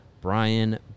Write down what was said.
Brian